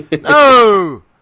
no